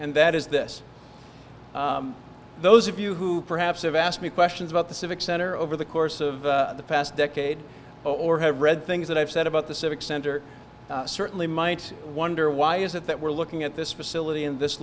and that is this those of you who perhaps have asked me questions about the civic center over the course of the past decade or have read things that i've said about the civic center certainly might wonder why is it that we're looking at this facility in this